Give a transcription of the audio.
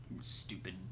stupid